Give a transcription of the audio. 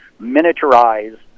miniaturize